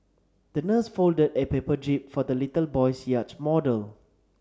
the nurse folded a paper jib for the little boy's yacht model